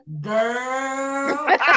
Girl